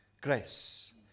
Grace